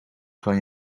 kan